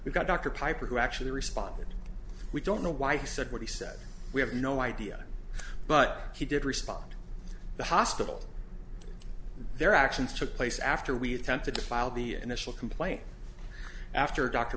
we've got dr piper who actually responded we don't know why he said what he said we have no idea but he did respond to the hospital their actions took place after we attempted to file the initial complaint after d